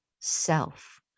self